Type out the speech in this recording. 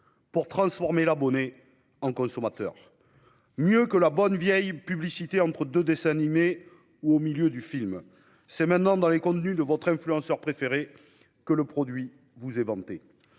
pour transformer l'abonné en consommateur, plus efficace encore que la bonne vieille publicité entre deux dessins animés ou au milieu d'un film. C'est désormais dans les contenus de votre influenceur préféré que le produit vous est vanté